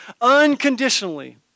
unconditionally